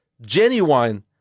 Genuine